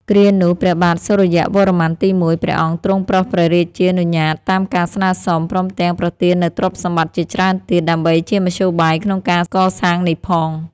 គ្រានោះ ព្រះបាទសុរ្យវរ្ម័នទី១ ព្រះអង្គទ្រង់ប្រោសព្រះរាជានុញ្ញាតតាមការស្នើសុំ ព្រមទាំងប្រទាននូវទ្រព្យសម្បត្តិជាច្រើនទៀត ដើម្បីជាមធ្យោបាយក្នុងការកសាងនេះផង ។